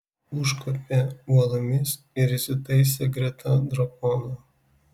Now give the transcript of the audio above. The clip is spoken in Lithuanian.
užkopė uolomis ir įsitaisė greta drakono